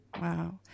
Wow